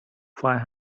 five